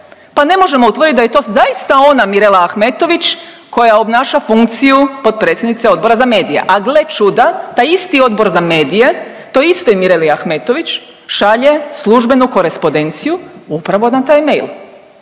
pa ne možemo utvrditi da je to zaista ona Mirela Ahmetović koja obnaša funkciju potpredsjednice Odbora za medije, a gle čuda taj isti Odbor za medije toj istoj Mireli AHmetović šalje službenu korespondenciju upravo na taj mail.